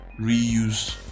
reuse